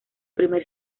primer